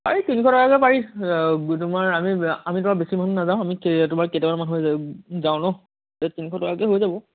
পাৰি তিনিশ টকাকৈ পাৰি তোমাৰ আমি আমি তোমাৰ বেছি মানুহ নাযাওঁ আমি কে তোমাৰ কেইটামান মানুহ যাওঁ ন তিনিশ টকাকৈ হৈ যাব